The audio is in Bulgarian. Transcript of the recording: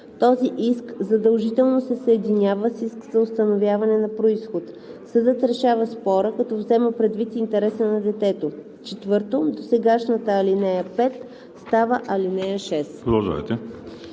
Този иск задължително се съединява с иск за установяване на произход. Съдът решава спора, като взема предвид интереса на детето.“ 4. Досегашната ал. 5 става ал. 6.“